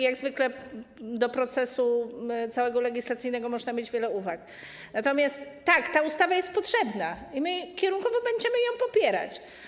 Jak zwykle do całego procesu legislacyjnego można mieć wiele uwag, natomiast tak, ta ustawa jest potrzebna i my kierunkowo będziemy ją popierać.